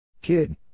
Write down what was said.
Kid